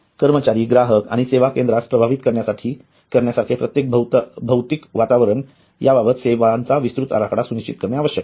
कर्मचारी ग्राहक आणि सेवा केंद्रास प्रभावित करण्यासारखे प्रत्येक भौतिक वातावरण याबाबत सेवेचा विस्तृत आराखडा सुनिश्चित करणे आवश्यक आहे